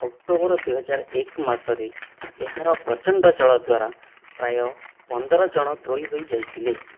October ଦୁଇହଜାର ଏକ ମାସରେ ଏହାର ପ୍ରଚଣ୍ଡ ଜଳ ଦ୍ୱାରା ପ୍ରାୟ ପନ୍ଦର ଜଣ ଧୋଇ ଯାଇଥିଲେ